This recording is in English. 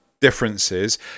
differences